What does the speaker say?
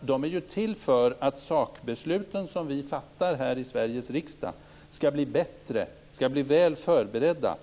De är ju till för att sakbesluten som vi fattar här i Sveriges riksdag skall bli bättre och väl förberedda.